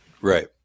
right